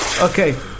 Okay